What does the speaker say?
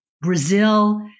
Brazil